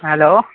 hello